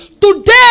today